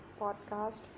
podcast